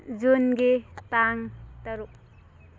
ꯖꯨꯟꯒꯤ ꯇꯥꯡ ꯇꯔꯨꯛ